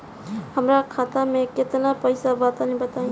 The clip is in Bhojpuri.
हमरा खाता मे केतना पईसा बा तनि बताईं?